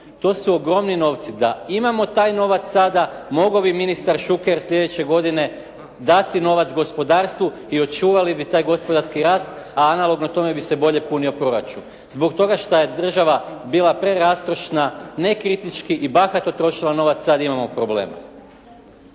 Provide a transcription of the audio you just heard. to su ogromni novci, da imamo taj novac sada, mogao bi ministar Šuker sljedeće godine dati novac gospodarstvu i očuvali bi taj gospodarski rast a analogno tome bi se bolje punio proračun. Zbog toga šta je država bila prerastrošna, ne kritički i bahato trošila novac sada imamo probleme.